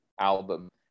album